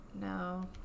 No